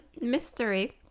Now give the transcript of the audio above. mystery